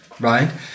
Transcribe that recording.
right